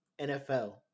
NFL